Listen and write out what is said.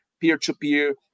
Peer-to-peer